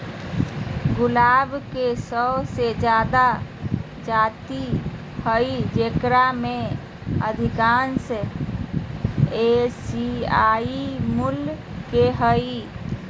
गुलाब के सो से जादा जाति हइ जेकरा में अधिकांश एशियाई मूल के हइ